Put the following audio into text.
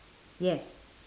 yes